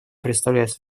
представляется